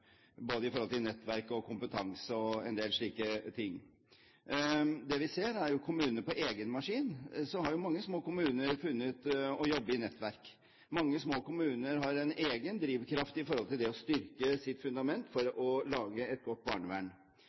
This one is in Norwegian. både i forhold til nettverk, kompetanse og en del slike ting. Det vi ser, er at mange små kommuner for egen maskin har funnet det riktig å jobbe i nettverk. Mange små kommuner har en egen drivkraft i forhold til det å styrke sitt fundament for å lage et godt barnevern.